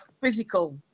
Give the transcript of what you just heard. physical